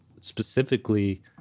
specifically